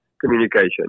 communication